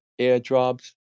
airdrops